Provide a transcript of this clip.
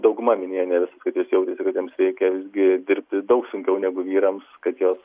dauguma minėjo kaip jos jautėsi kad joms reikia visgi dirbti daug sunkiau negu vyrams kad jos